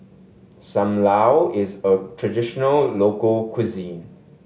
Sam Lau is a traditional local cuisine